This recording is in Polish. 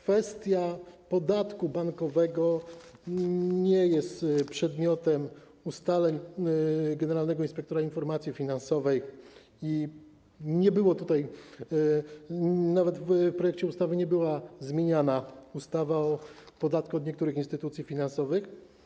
Kwestia podatku bankowego nie jest przedmiotem ustaleń generalnego inspektora informacji finansowej i nawet w projekcie ustawy nie była zmieniana ustawa o podatku od niektórych instytucji finansowych.